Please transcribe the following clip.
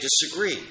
disagree